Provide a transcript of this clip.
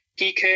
PK